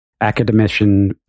academician